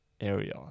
area